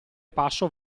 passo